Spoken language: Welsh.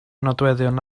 nodweddion